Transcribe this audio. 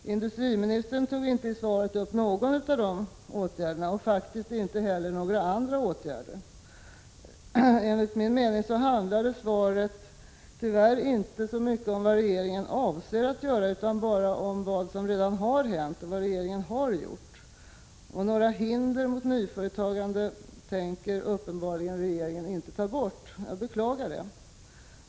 Industriministern tog i sitt svar inte upp någon av dessa åtgärder och nämnde faktiskt inte heller några andra åtgärder. Enligt min mening handlar tyvärr svaret inte så mycket om vad regeringen avser att göra utan bara om vad som har hänt och vad regeringen har gjort. Några hinder mot nyföretagande tänker regeringen uppenbarligen inte ta bort. Jag beklagar det.